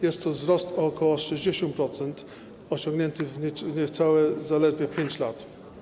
Jest to wzrost o ok. 60% osiągnięty w zaledwie niecałe 5 lat.